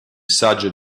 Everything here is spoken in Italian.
saggio